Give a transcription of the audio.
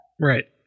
Right